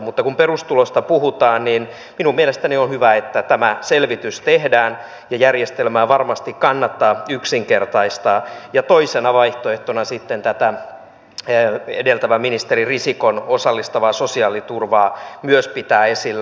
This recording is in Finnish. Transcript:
mutta kun perustulosta puhutaan niin minun mielestäni on hyvä että tämä selvitys tehdään ja järjestelmää varmasti kannattaa yksinkertaistaa ja toisena vaihtoehtona sitten tätä edeltävän ministeri risikon osallistavaa sosiaaliturvaa myös pitää esillä